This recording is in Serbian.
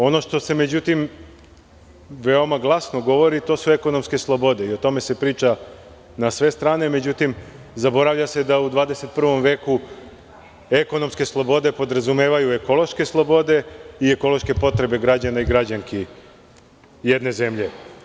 Ono što se međutim veoma glasno govori to su ekonomske slobode i o tome se priča na sve strane, međutim zaboravlja se da u 21. veku ekonomske slobode podrazumevaju ekološke slobode i ekonomske potrebe građana i građanki jedne zemlje.